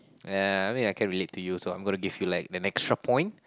ya I mean I can relate to you so I'm gonna give you like an extra point